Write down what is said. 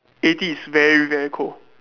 eighty is very very cold